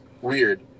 Weird